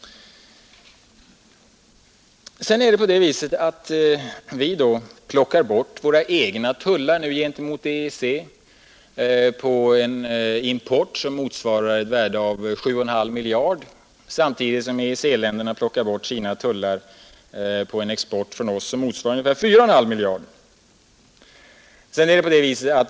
Vidare skall vi nu plocka bort våra egna tullar mot EEC på en import som motsvarar ett värde av 7,5 miljarder kronor samtidigt som EEC-länderna tar bort sina tullar på en export från oss som motsvarar ungefär 4,5 miljarder kronor.